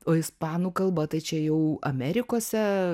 o ispanų kalba tai čia jau amerikose